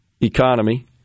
economy